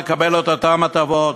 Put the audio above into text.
לקבל את אותן הטבות.